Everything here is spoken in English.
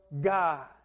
God